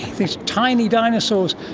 these tiny dinosaurs.